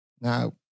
Now